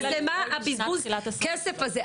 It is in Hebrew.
אז למה בזבוז הכסף הזה?